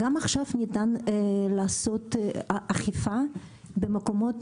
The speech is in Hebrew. גם עכשיו ניתן לעשות אכיפה במקומות